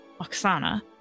Oksana